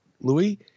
Louis